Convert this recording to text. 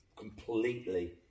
Completely